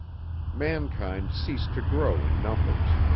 mankind ceased to grow in numbers.